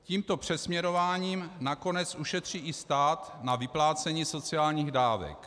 Tímto přesměrováním nakonec ušetří i stát na vyplácení sociálních dávek.